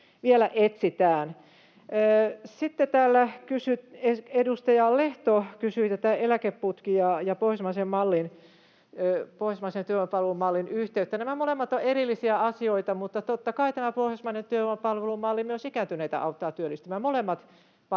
vielä etsitään. Sitten täällä edustaja Lehto kysyi eläkeputken ja pohjoismaisen työvoimapalvelumallin yhteyttä. Nämä molemmat ovat erillisiä asioita, mutta totta kai tämä pohjoismainen työvoimapalvelumalli myös ikääntyneitä auttaa työllistymään. Molemmat